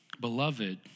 beloved